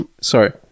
sorry